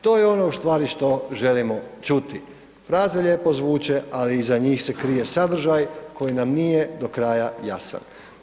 To je ono ustvari što želimo čuti, fraze lijepo zvuče ali iza njih se krije sadržaj koji nam nije do kraja jasan.